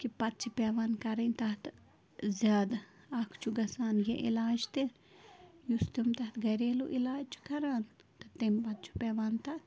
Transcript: کہِ پَتہٕ چھِ پٮ۪وان کَرٕنۍ تَتھ زیادٕ اَکھ چھُ گژھان یہِ علاج تہِ یُس تِم تَتھ گریلوٗ علاج چھِ کران تہٕ تَمہِ پَتہٕ چھُ پٮ۪وان تَتھ